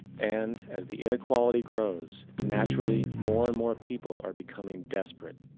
and, as the inequality grows, naturally, more and more people are becoming desperate.